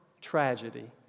tragedy